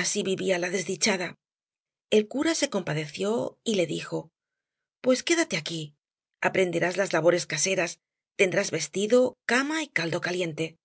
así vivía la desdichada el cura se compadeció y le dijo pues quédate aquí aprenderás las labores caseras tendrás vestido cama y caldo caliente